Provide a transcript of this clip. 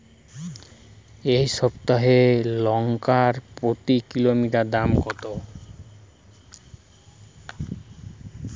এই সপ্তাহের লঙ্কার প্রতি কিলোগ্রামে দাম কত?